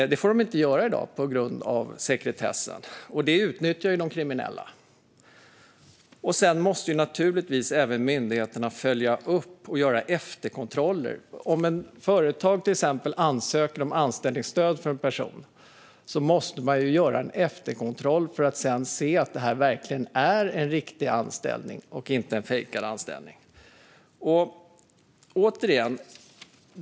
Det får de inte göra i dag på grund av sekretessen, vilket de kriminella utnyttjar. Slutligen måste myndigheterna även följa upp och göra efterkontroller. Om ett företag exempelvis ansöker om anställningsstöd för en person måste man göra en efterkontroll för att se att det verkligen handlar om en riktig anställning och inte en fejkad sådan.